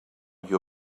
you